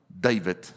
David